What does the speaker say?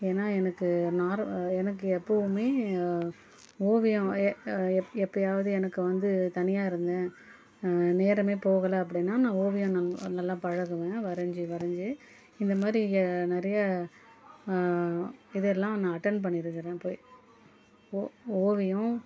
ஏன்னால் எனக்கு நார் எனக்கு எப்போவுமே ஓவியம் வரைய எப் எப்போயாவது எனக்கு வந்து தனியாக இருந்தேன் நேரமே போகல அப்படின்னா நான் ஓவியம் நன் நல்லா பழகுவேன் வரைஞ்சு வரைஞ்சு இந்தமாதிரி இங்கே நிறைய இது எல்லாம் நான் அட்டென் பண்ணிருக்கிறேன் போய் ஓ ஓவியம்